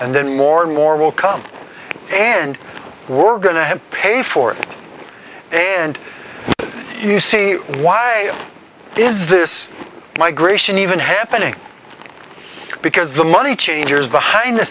and then more and more will come and we're going to have to pay for it and you see why is this migration even happening because the money changers behind the